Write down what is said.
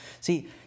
See